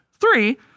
three